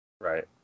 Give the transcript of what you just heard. Right